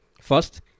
First